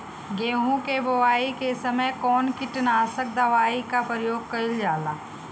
गेहूं के बोआई के समय कवन किटनाशक दवाई का प्रयोग कइल जा ला?